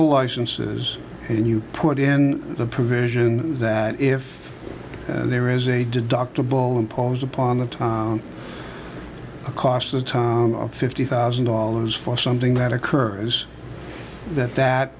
the licenses and you put in the provision that if there is a deductible imposed upon the time a cost of time fifty thousand dollars for something that occurs that that